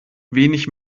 wenig